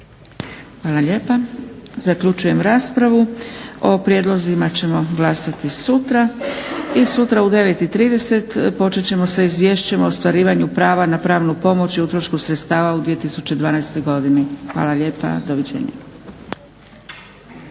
Hvala lijepa. Zaključujem raspravu. O prijedlozima ćemo glasati sutra. I sutra u 9,30 počet ćemo sa Izvješćem o ostvarivanju prava na pravnu pomoć i utrošku sredstava u 2012. godini. Hvala lijepa, doviđenja.